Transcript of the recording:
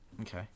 okay